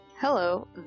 Hello